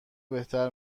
بهتر